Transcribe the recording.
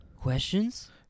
Questions